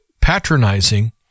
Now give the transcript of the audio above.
patronizing